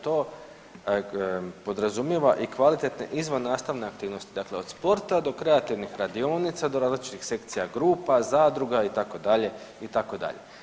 To podrazumijeva i kvalitetne izvannastavne aktivnosti dakle, od sporta do kreativnih radionica, do različitih sekcija, grupa, zadruga itd., itd.